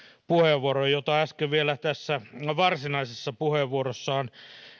puheenvuoron jota äsken vielä tässä varsinaisessa puheenvuorossaan